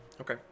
Okay